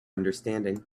understanding